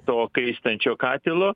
to kaistančio katilo